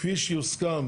"כפי שיוסכם